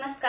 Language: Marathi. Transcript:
नमस्कार